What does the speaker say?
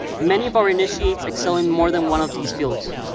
many of our initiates excel in more than one of these fields,